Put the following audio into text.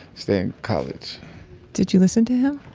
stay in college did you listen to him?